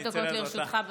לרשותך.